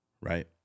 Right